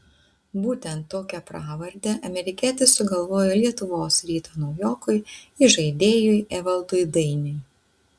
būtent tokią pravardę amerikietis sugalvojo lietuvos ryto naujokui įžaidėjui evaldui dainiui